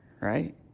right